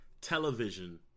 television